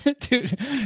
Dude